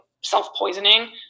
self-poisoning